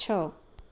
છ